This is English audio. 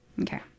Okay